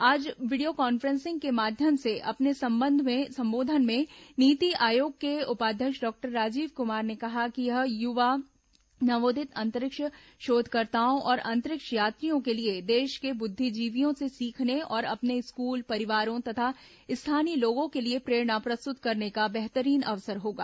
आज video conference के माध्यम से अपने संबोधन में नीति आयोग के उपाध्यक्ष डॉक्टर राजीव कुमार ने कहा कि यह युवा नवोदित अंतरिक्ष शोधकर्ताओं और अंतरिक्ष यात्रियों के लिए देश के बुद्धिजीवियों से सीखने और अपने स्कूल परिवारों तथा स्थानीय लोगों के लिए प्रेरणा प्रस्तुत करने का बेहतरीन अवसर होगा